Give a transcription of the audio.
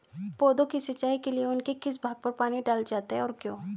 पौधों की सिंचाई के लिए उनके किस भाग पर पानी डाला जाता है और क्यों?